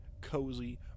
cozy